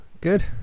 Good